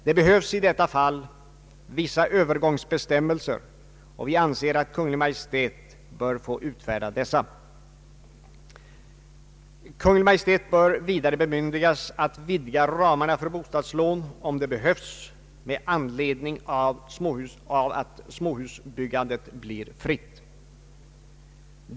Det behövs i detta fall vissa övergångsbestämmelser, och vi anser att Kungl. Maj:t bör få utfärda dessa. Kungl. Maj:t bör vidare bemyndigas att vidga ramarna för bostadslån, om det behövs med anledning av att småhusbyggandet blir fritt.